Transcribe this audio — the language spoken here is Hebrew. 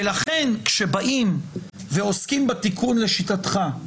לכן כאשר באים ועוסקים בתיקון לשיטתך,